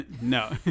No